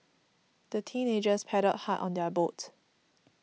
the teenagers paddled hard on their boat